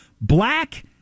Black